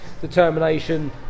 determination